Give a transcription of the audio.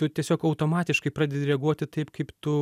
tu tiesiog automatiškai pradedi reaguoti taip kaip tu